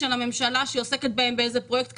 של הממשלה, שעוסקת בהם בפרויקט קצה.